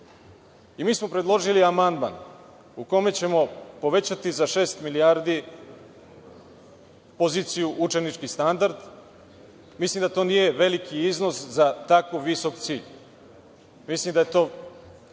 Mi smo predložili amandman u kome ćemo povećati za šest milijardi poziciju – učenički standard. Mislim da to nije veliki iznos za tako visok cilj. Mislim da je to